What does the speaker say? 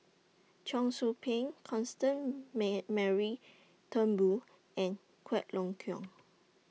Cheong Soo Pieng Constance Mary Turnbull and Quek Ling Kiong